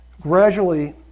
gradually